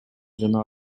жана